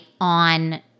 on